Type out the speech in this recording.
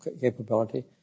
capability